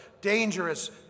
dangerous